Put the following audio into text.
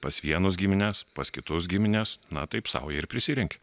pas vienus gimines pas kitus gimines na taip saują ir prisirenki